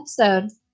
episode